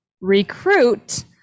recruit